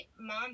mom